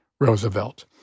Roosevelt